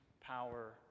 power